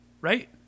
right